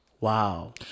wow